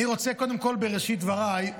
קודם כול, בראשית דבריי אני